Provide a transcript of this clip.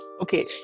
Okay